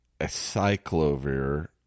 acyclovir